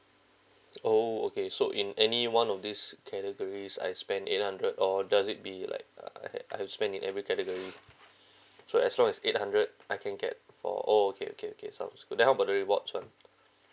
oh okay so in any one of these categories I spend eight hundred or does it be like I I have spent in every category so as long as eight hundred I can get for oh okay okay okay sounds good then how about the rewards one